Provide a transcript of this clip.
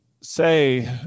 say